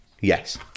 Yes